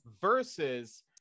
versus